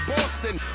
Boston